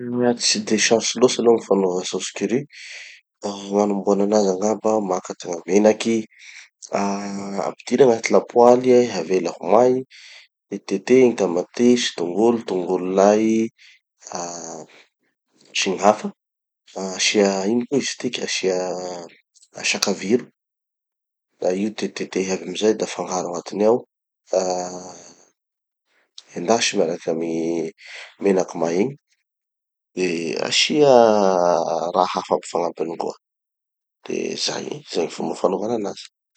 Io mantsy tsy de sarotsy loatsy aloha gny fanova sôsy curry. Ah gny anombohan'anazy angamba maka tegna menaky, ah ampidiry agnaty lapoaly, avela ho may, tetitetehy gny tamatesy tongolo tongolo lay, ah sy gny hafa. Ah asia, ino koa izy tiky, asia ah sakaviro. Da io tetitetehy aby amizay da afangaro agnatiny ao, ah endasy miaraky amy menaky may igny, de asia raha hafa aby fagnampiny koa. De zay, zay gny fomba fanovanan'anazy.